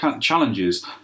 challenges